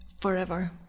forever